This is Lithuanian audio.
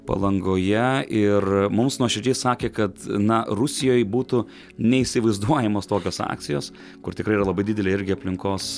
palangoje ir mums nuoširdžiai sakė kad na rusijoj būtų neįsivaizduojamos tokios akcijos kur tikrai yra labai didelė irgi aplinkos